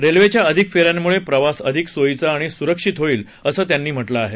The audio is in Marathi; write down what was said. रेलवेच्या अधिक फेन्यांमुळे प्रवास अधिक सोयीचा आणि सुरक्षित होईल असं त्यांनी म्हटलं आहे